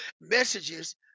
messages